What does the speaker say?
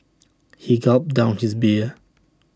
he gulped down his beer